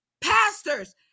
Pastors